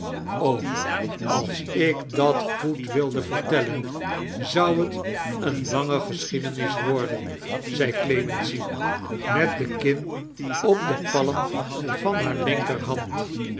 als ik dat goed wilde vertelten zou het eene lange gesohiedenis worden ziei clieimency met de kin op de palm van de linkertiand